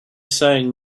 saying